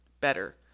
better